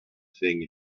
thing